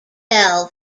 del